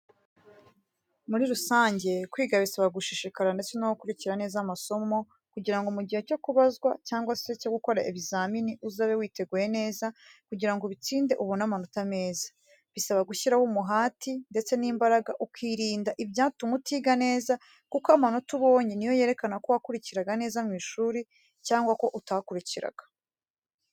Muri rusange kwiga bisaba gushishikara ndetse no gukurikira neza amasomo kugira ngo mu gihe cyo kubazwa cyangwa se cyo gukora ibizamini uzabe witeguye neza kugira ngo ubitsinde ubone amanota meza. Bisaba gushyiraho umuhati ndetse n'imbaraga ukirinda ibyatuma utiga neza kuko amanota ubonye ni yo yerekana ko wakurikiraga neza mu ishuri cyangwa ko utakurikiraga.